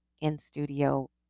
in-studio